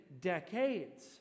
decades